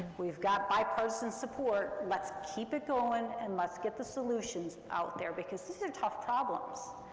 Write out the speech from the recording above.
we've got bipartisan support, let's keep it going, and let's get the solutions out there, because these are tough problems.